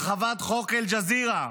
הרחבת חוק אל-ג'זירה.